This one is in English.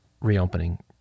reopening